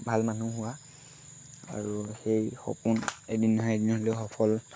ভাল মানুহ হোৱা আৰু সেই সপোন এদিন নহয় এদিন হ'লেও সফল